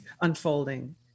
unfolding